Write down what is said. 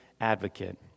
advocate